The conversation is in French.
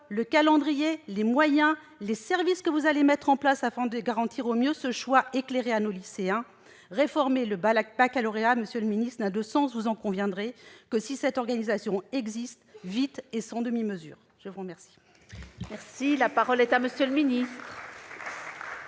le calendrier, les moyens et les services que vous allez mettre en place afin de garantir au mieux un choix éclairé pour nos lycéens. Réformer le baccalauréat n'a de sens, vous en conviendrez, que si cette organisation existe vite et sans demi-mesure ! La parole est à M. le ministre.